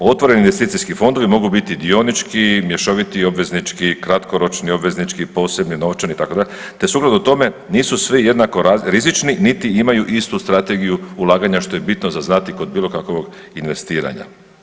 Otvoreni investicijski fondovi mogu biti dionički, mješoviti, obveznički, kratkoročni obveznički, posebni novčani, itd., te sukladno tome nisu svi jednako rizični niti imaju istu strategiju ulaganja, što je bitno za znati kod bilo kakovog investiranja.